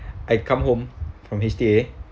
I come home from H_T_A